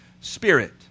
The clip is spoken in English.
spirit